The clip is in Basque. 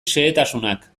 xehetasunak